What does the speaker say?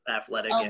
athletic